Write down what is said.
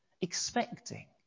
Expecting